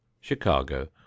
Chicago